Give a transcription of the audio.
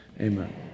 amen